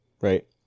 right